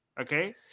okay